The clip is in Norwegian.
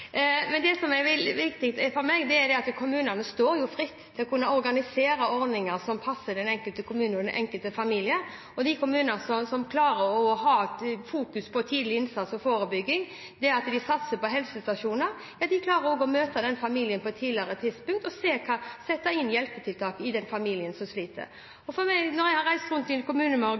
Det som er viktig for meg, er at kommunene står fritt til å kunne organisere ordninger som passer den enkelte kommune og den enkelte familie. De kommunene som klarer å fokusere på tidlig innsats og forebygging – satse på helsestasjoner – klarer også å møte familiene på et tidligere tidspunkt og sette inn hjelpetiltak i familier som sliter. Når jeg har reist rundt